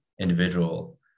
individual